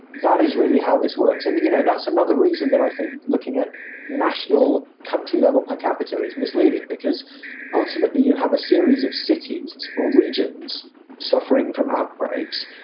that is really how this works and, you know, that's another reason that i think looking at national country level per capita is misleading because ultimately you have a series of cities or regions suffering from outbreaks.